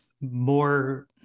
more